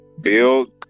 build